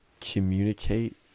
communicate